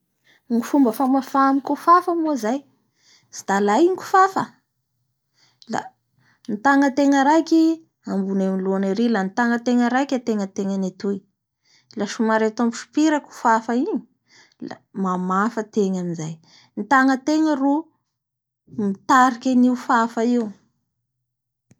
Ny fomba famafa amin'ny kofafa moa zay tsy da aay igny ny kofafa la ny tagnatenga raiky ambony amin'ny lohany ary la ny tanategna raiky ategnategnany atay, la somary atao misopira kofafa igny da mamafa antegna amizay ny tagnategna ro mitariky an'io kofafafa io.